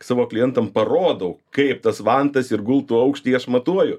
savo klientam parodau kaip tas vantas ir gultų aukštį aš matuoju